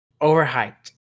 Overhyped